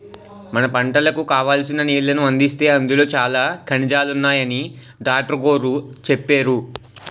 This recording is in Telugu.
మన పంటలకు కావాల్సిన నీళ్ళను అందిస్తే అందులో చాలా ఖనిజాలున్నాయని డాట్రుగోరు చెప్పేరు